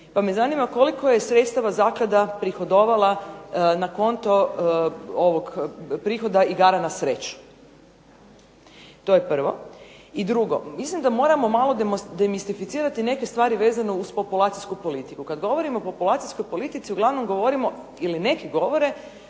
pa me zanima koliko je sredstava Zaklada prihodovala na konto ovog prihoda igara na sreću. To je prvo. I drugo. Mislim da moramo malo demistificirati neke stvari vezano uz populacijsku politiku. Kad govorimo o populacijskoj politici uglavnom govorimo ili neki govore